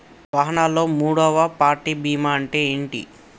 వాహనాల్లో మూడవ పార్టీ బీమా అంటే ఏంటి?